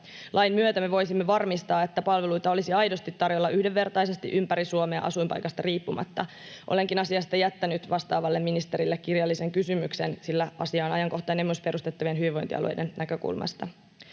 Lain myötä me voisimme varmistaa, että palveluita olisi aidosti tarjolla yhdenvertaisesti ympäri Suomea asuinpaikasta riippumatta. Olenkin asiasta jättänyt vastaavalle ministerille kirjallisen kysymyksen, sillä asia on ajankohtainen myös perustettavien hyvinvointialueiden näkökulmasta.